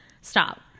Stop